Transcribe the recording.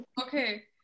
Okay